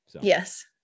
Yes